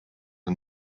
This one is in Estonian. oli